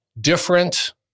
different